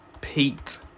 Pete